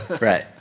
Right